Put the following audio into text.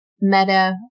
meta